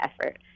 effort